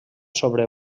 sobre